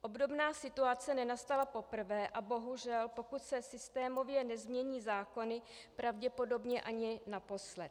Obdobná situace nenastala poprvé a bohužel, pokud se systémově nezmění zákony, pravděpodobně ani naposled.